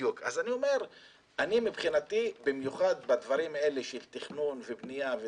אני מבקש לתת לו את ההזדמנות,